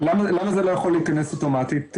למה זה לא יכול להיכנס אוטומטית?